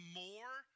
more